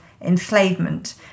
enslavement